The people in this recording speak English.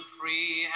free